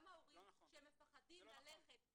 גם ההורים שמפחדים ללכת --- זה לא נכון.